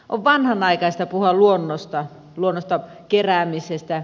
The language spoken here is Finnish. on vanhanaikaista puhua luonnosta luonnosta keräämisestä